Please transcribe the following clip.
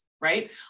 right